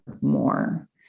more